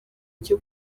cyo